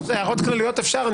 הערות כלליות אפשר.